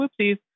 whoopsies